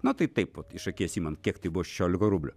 nu tai taip vat iš akies imant kiek tai buvo šešiolika rublių